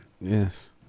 Yes